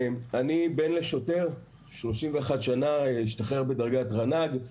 אני בן לשוטר, 31 שנים שהשתחרר בדרגת רנ"ג.